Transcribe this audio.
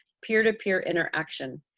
peer to peer interaction,